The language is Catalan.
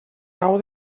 raó